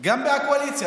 גם מהקואליציה,